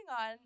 on